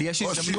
יש הזדמנות.